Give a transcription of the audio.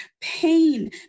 pain